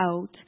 out